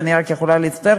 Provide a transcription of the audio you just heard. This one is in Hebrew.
ואני רק יכולה להצטער.